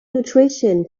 nutrition